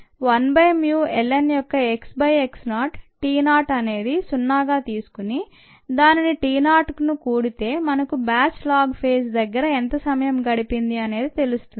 1 by mu ln యొక్క x by x naught t naught అనేది సున్నాగా తీసుకుని దానికి టీ నాట్ను కూడితే మనకు బ్యాచ్ ల్యాగ్ పేజ్ దగ్గర ఎంత సమయం గడపింది అనేది తెలుస్తుంది